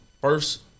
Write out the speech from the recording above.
first